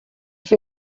fer